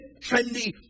trendy